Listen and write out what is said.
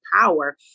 power